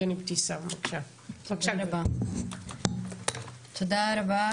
תודה רבה,